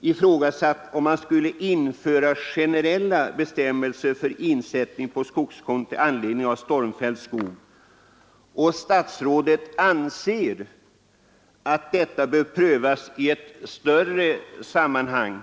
ifrågasatts om man skulle införa generella bestämmelser för insättning på skogskonto med anledning av stormfälld skog. Statsrådet anser emellertid att denna fråga bör prövas i ett större sammanhang.